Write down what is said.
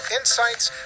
Insights